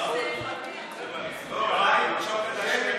בקריאה ראשונה.